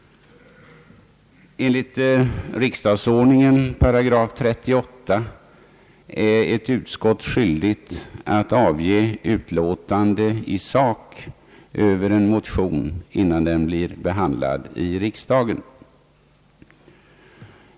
Enligt riksdagsordningen § 38 är ett utskott skyldigt att avge utlåtande i sak över en motion innan den blir behandlad i riksdagen.